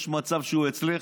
יש מצב שהוא אצלך?